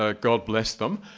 ah god bless them,